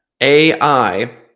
AI